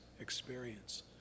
experience